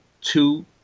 two